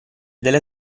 delle